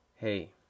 hey